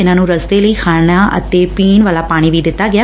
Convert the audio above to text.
ਇਨਾਂ ਨੰ ਰਸਤੇ ਲਈ ਖਾਣਾ ਅਤੇ ਪੀਣ ਵਾਲਾ ਪਾਣੀ ਵੀ ਦਿੱਤਾ ਗਿਐ